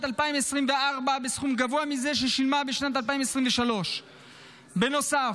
2024 בסכום גבוה מזה ששילמה בשנת 2023. בנוסף,